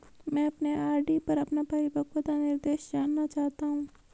मैं अपने आर.डी पर अपना परिपक्वता निर्देश जानना चाहता हूं